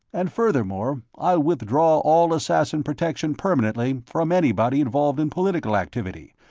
and furthermore, i'll withdraw all assassin protection permanently from anybody involved in political activity,